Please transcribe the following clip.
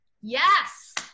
Yes